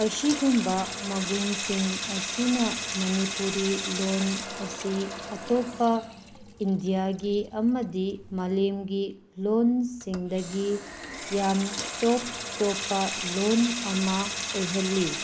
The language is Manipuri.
ꯑꯁꯤꯒꯨꯝꯕ ꯃꯒꯨꯟꯁꯤꯡ ꯑꯁꯤꯅ ꯃꯅꯤꯄꯨꯔꯤ ꯂꯣꯟ ꯑꯁꯤ ꯑꯇꯣꯞꯄ ꯏꯟꯗꯤꯌꯥꯒꯤ ꯑꯃꯗꯤ ꯃꯥꯂꯦꯝꯒꯤ ꯂꯣꯟꯁꯤꯡꯗꯒꯤ ꯌꯥꯝ ꯇꯣꯞ ꯇꯣꯞꯄ ꯂꯣꯟ ꯑꯃ ꯑꯣꯏꯍꯜꯂꯤ